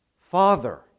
father